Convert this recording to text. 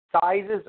sizes